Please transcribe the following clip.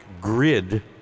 grid